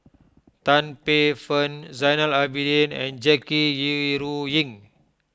Tan Paey Fern Zainal Abidin and Jackie Yi Ru Wu Ying